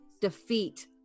defeat